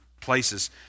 places